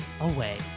away